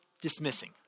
dismissing